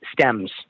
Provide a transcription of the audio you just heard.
stems